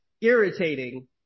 irritating